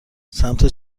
سمت